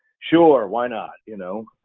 sure why not? you know